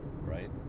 right